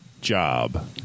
job